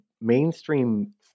mainstream